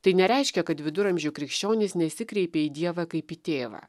tai nereiškia kad viduramžių krikščionys nesikreipė į dievą kaip į tėvą